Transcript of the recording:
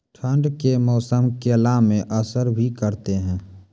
ठंड के मौसम केला मैं असर भी करते हैं?